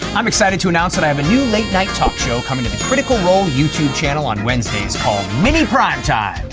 i'm excited to announce that i have a new late night talk show coming to the critical role youtube channel on wednesdays called mini primetime.